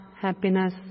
happiness